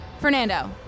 Fernando